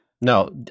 No